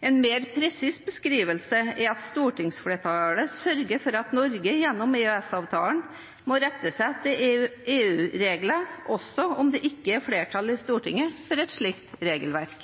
En mer presis beskrivelse er at stortingsflertallet sørger for at Norge gjennom EØS-avtalen må rette seg etter EU-regler også om det ikke er flertall i Stortinget for et slikt regelverk.